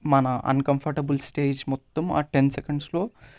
మన uncomfortable stage మొత్తం ఆ టెన్ సెకెండ్స్లో